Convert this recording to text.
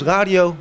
Radio